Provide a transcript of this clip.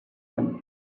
them